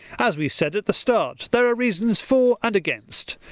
as we said at the start, there are reasons for and against.